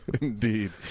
Indeed